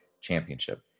Championship